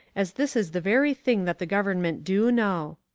as this is the very thing that the government do know.